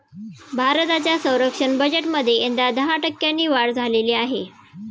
भारताच्या संरक्षण बजेटमध्ये यंदा दहा टक्क्यांनी वाढ झालेली आहे